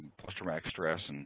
post-traumatic stress, and